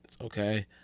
Okay